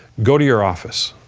go to your office